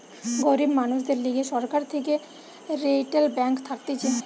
গরিব মানুষদের লিগে সরকার থেকে রিইটাল ব্যাঙ্ক থাকতিছে